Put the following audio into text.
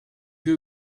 que